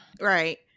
right